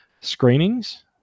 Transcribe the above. screenings